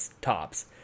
tops